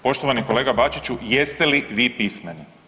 Poštovani kolega Bačiću jeste li vi pismeni?